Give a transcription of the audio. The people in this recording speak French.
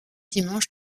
dimanche